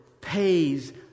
pays